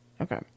Okay